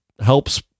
helps